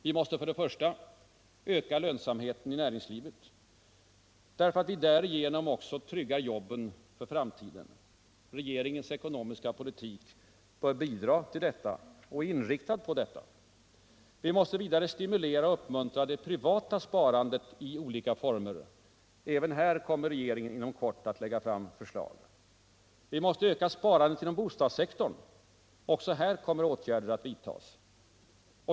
Vi måste öka lönsamheten i näringslivet, därför att vi därigenom tryggar jobben för framtiden. Regeringens ekonomiska politik bör kunna bidra till detta och är inriktad på detta. Vi måste stimulera och uppmuntra det privata sparandet i olika former. Även här kommer regeringen inom kort att lägga fram förslag. Vi måste öka sparandet inom bostadssektorn. Också här kommer åtgärder att vidtas.